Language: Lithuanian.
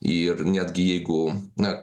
ir netgi jeigu na